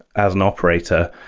as an operator,